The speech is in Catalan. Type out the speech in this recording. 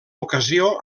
ocasió